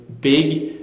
big